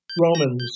Romans